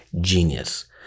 genius